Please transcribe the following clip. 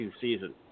season